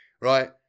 right